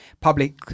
public